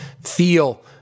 feel